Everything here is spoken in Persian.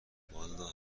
والا